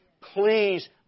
Please